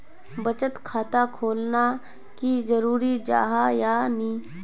बचत खाता खोलना की जरूरी जाहा या नी?